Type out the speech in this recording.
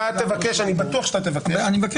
אני בטוח שאתה תבקש.